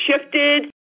shifted